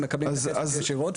מקבלים את הכסף ישירות,